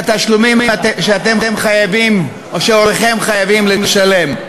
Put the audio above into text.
התשלומים שאתם חייבים או שהוריכם חייבים לשלם.